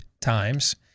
times